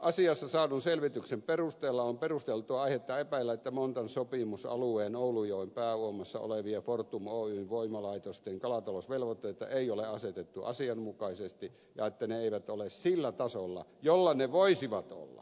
asiassa saadun selvityksen perusteella on perusteltua aihetta epäillä että montan sopimusalueen oulujoen pääuomassa olevien fortum oyn voimalaitosten kalatalousvelvoitteita ei ole asetettu asianmukaisesti ja että ne eivät ole sillä tasolla jolla ne voisivat olla